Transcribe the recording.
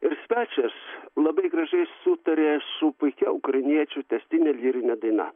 ir svečias labai gražiai sutarė su puikia ukrainiečių tęstine lyrine daina